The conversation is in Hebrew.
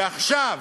ועכשיו,